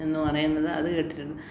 എന്ന് പറയുന്നത് അത് കേട്ടിട്ടുണ്ട്